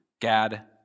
Gad